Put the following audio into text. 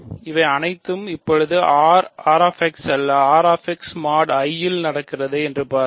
இவை அனைத்தும் இப்போது R x அல்ல R x mod I இல் நடக்கிறது என்று பாருங்கள்